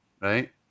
right